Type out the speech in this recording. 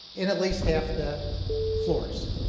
in at least half the floors.